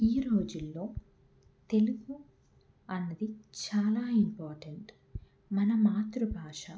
ఈ రోజుల్లో తెలుగు అన్నది చాలా ఇంపార్టెంట్ మన మాతృభాష